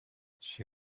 she